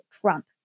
Trump